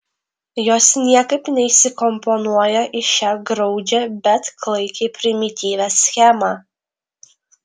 jos niekaip neįsikomponuoja į šią graudžią bet klaikiai primityvią schemą